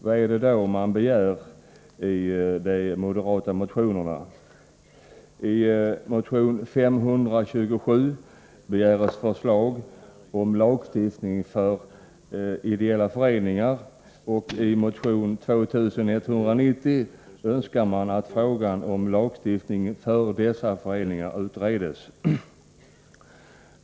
Vad är det då man begär i de moderata motionerna? I motion 527 begärs förslag till lagstiftning för ideella föreningar, och i motion 2190 önskar man att frågan om lagstiftning för dessa föreningar utreds.